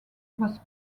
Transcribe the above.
was